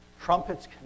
Trumpets